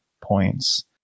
points